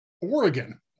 oregon